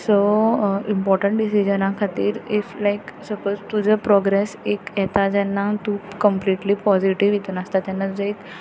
so important डिसिजना खातीर if like suppose तुजो प्रोग्रेस एक येता तेन्ना कम्पलिटली पॉजिटीव इतून आसता तेन्ना तुजो एक